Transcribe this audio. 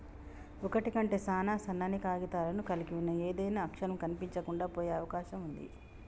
ఒకటి కంటే సాన సన్నని కాగితాలను కలిగి ఉన్న ఏదైనా అక్షరం కనిపించకుండా పోయే అవకాశం ఉంది